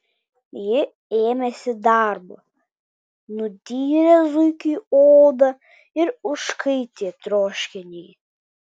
ji ėmėsi darbo nudyrė zuikiui odą ir užkaitė troškinį